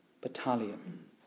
battalion